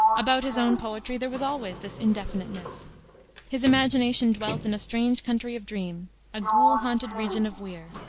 about his own poetry there was always this indefiniteness his imagination dwelt in a strange country of dream a ghoul-haunted region of weir,